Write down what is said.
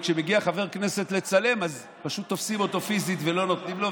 וכשמגיע חבר כנסת לצלם אז פשוט תופסים אותו פיזית ולא נותנים לו,